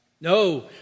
No